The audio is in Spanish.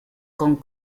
con